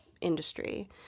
industry